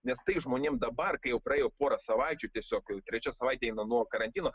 nes tai žmonėm dabar kai jau praėjo porą savaičių tiesiog jau trečia savaitė eina nuo karantino